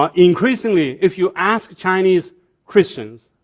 um increasingly, if you ask chinese christians,